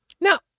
Now